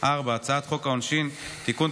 4. הצעת חוק העונשין (תיקון,